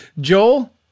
Joel